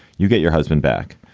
you get your husband back,